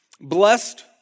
Blessed